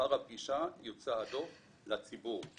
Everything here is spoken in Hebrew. לאחר הפגישה יוצע הדו"ח לציבור.